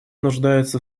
нуждается